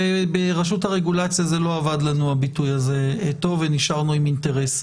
ברשות הרגולציה הביטוי הזה לא עבד לנו טוב ונשארנו עם אינטרס.